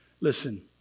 listen